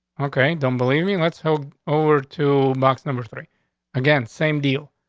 okay, don't believe me. let's help over to box number three again. same deal.